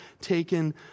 taken